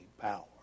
power